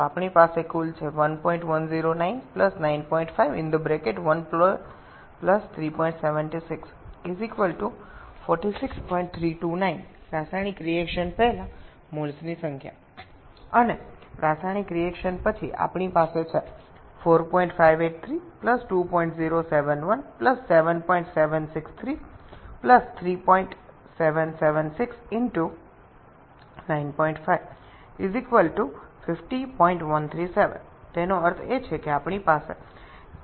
আপনি যদি এটি যোগ করেন তবে আমাদের কাছে মোট 1109 95 1 376 46329 রাসায়নিক বিক্রিয়ার আগে আপনার মোল সংখ্য এবং রাসায়নিক বিক্রিয়ার পরে আমাদের আছে 4583 2071 7763 3776 × 95 50137 তার মানে আমরা একটি ৮২২ আণবিক বিস্তৃতি পাচ্ছি অর্থাৎ মোলের সংখ্যা বৃদ্ধি পেয়েছে তাই আণবিক স্তরে একটি প্রসারণ ঘটে